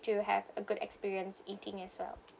to have a good experience eating as well